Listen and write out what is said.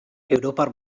europar